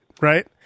right